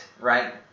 right